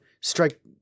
strike